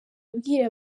abwira